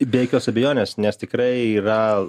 be jokios abejonės nes tikrai yra